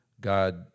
God